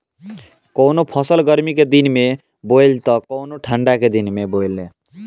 कवनो फसल गर्मी के दिन में बोआला त कवनो ठंडा के दिन में